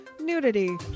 nudity